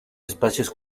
espacios